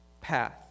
path